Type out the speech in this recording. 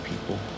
people